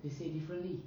they say it differently